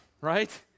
Right